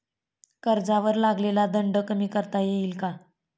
कर्जावर लागलेला दंड कमी करता येईल का?